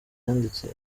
yanditse